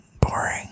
Boring